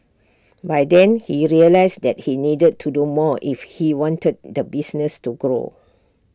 by then he realised that he needed to do more if he wanted the business to grow